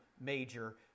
major